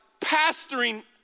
pastoring